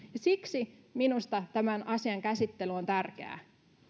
siksi minusta tämän asian käsittely on tärkeää